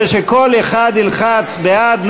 ושכל אחד ילחץ בעד,